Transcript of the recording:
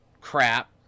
crap